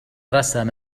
رسم